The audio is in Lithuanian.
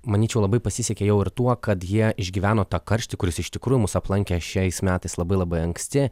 manyčiau labai pasisekė jau ir tuo kad jie išgyveno tą karštį kuris iš tikrųjų mus aplankė šiais metais labai labai anksti